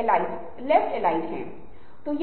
प्रतिक्रिया मिलती है उन्हें कैसे माना जा रहा है क्या वे सफल हो रहा है क्या नहीं किया जा रहा है